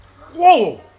Whoa